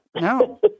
No